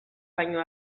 baino